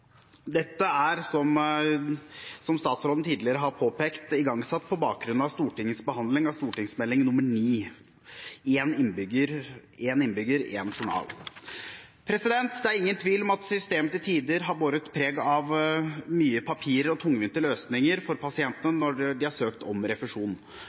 Dette er, som statsråden tidligere har påpekt, igangsatt på bakgrunn av Stortingets behandling av Meld. St. 9 for 2012–2013 Én innbygger – én journal. Det er ingen tvil om at systemet til tider har båret preg av mye papirer og tungvinte løsninger for pasientene når de har søkt om refusjon.